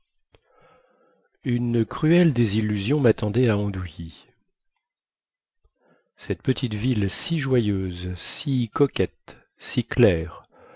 une cruelle désillusion mattendait à andouilly cette petite ville si joyeuse si coquette si claire